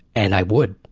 and i would,